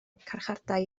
carchardai